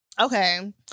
Okay